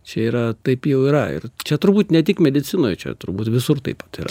čia yra taip jau yra ir čia turbūt ne tik medicinoj čia turbūt visur taip pat yra